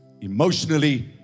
emotionally